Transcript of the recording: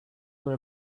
were